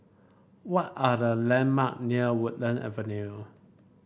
what are the landmark near Woodland Avenue